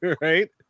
right